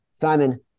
Simon